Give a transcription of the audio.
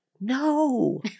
no